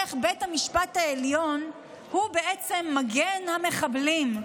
איך בית המשפט העליון הוא בעצם מגן המחבלים,